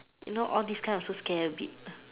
know all this kind also scare a bit